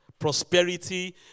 Prosperity